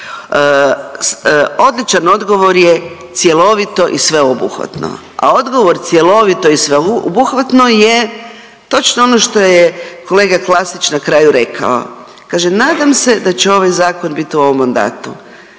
odličan odgovor je cjelovito i sveobuhvatno, a odgovor cjelovito i sveobuhvatno je točno ono što je kolega Klasić na kraju rekao, kaže nadam se da će ovaj zakon bit u ovom mandatu.